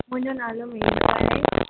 मुंहिंजो नालो मेनका आहे